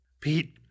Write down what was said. Pete